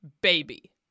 baby